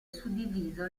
suddiviso